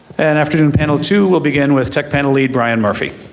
and afternoon panel two will began with tech panel lead brian murphy.